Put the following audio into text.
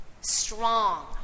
Strong